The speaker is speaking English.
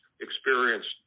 experienced